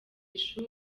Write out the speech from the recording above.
ishuri